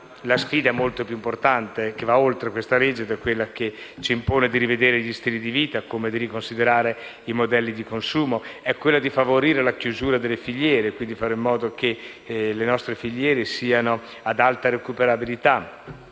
la sfida molto più importante, che va oltre questa legge, è quella che ci impone di rivedere gli stili di vita e di riconsiderare i modelli di consumo. La sfida è favorire la chiusura delle filiere, così che queste siano ad alta recuperabilità.